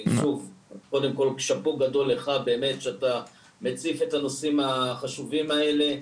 קודם כל שאפו גדול לך באמת שאתה מציף את הנושאים החשובים האלה,